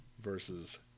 versus